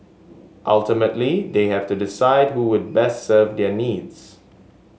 ultimately they have to decide who would best serve their needs